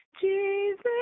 Jesus